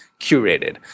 curated